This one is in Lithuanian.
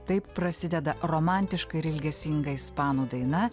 taip prasideda romantiška ir ilgesinga ispanų daina